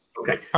Okay